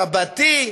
רבתי,